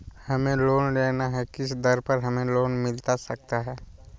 हमें लोन लेना है किस दर पर हमें लोन मिलता सकता है?